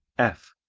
f.